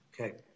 Okay